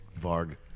Varg